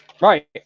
Right